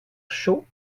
chaud